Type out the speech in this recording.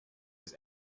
his